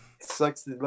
Sucks